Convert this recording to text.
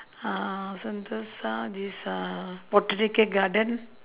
uh sentosa this uh botanical garden